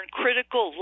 critical